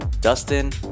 Dustin